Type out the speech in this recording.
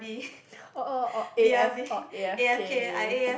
or or or A_F or a_f_k